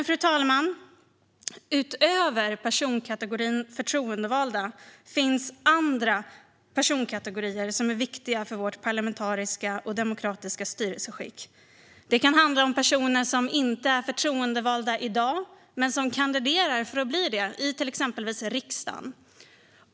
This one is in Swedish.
Fru talman! Utöver personkategorin förtroendevalda finns det andra personkategorier som är viktiga för vårt parlamentariska och demokratiska styrelseskick. Det kan handla om personer som inte är förtroendevalda i dag men som kandiderar för att bli det, exempelvis till riksdagen.